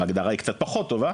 בהגדרה היא קצת פחות טובה,